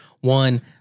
one